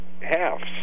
halves